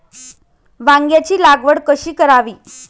वांग्यांची लागवड कशी करावी?